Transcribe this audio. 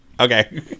Okay